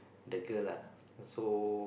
the girl lah so